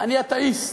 אני אתאיסט.